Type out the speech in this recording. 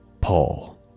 Paul